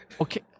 Okay